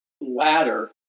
ladder